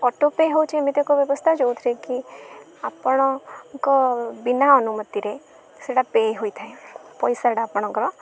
autopay ହେଉଛି ଏମିତି ଏକ ବ୍ୟବସ୍ଥା ଯେଉଁଥିରେ କି ଆପଣଙ୍କ ବିନା ଅନୁମତିରେ ସେଇଟା ପେ ହୋଇଥାଏ ପଇସାଟା ଆପଣଙ୍କର